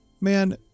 Man